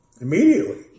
Immediately